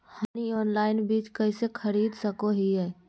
हमनी ऑनलाइन बीज कइसे खरीद सको हीयइ?